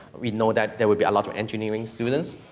we know that there would be a lot of engineering students,